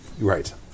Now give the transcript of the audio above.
Right